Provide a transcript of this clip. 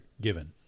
given